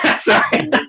Sorry